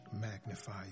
magnify